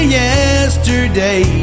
yesterday